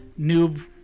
Noob